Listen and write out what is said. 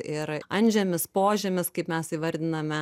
ir antžemis požemis kaip mes įvardiname